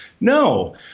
No